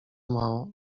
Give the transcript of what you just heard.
mało